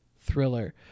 thriller